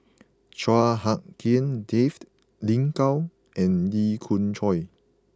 Chua Hak Lien Dave Lin Gao and Lee Khoon Choy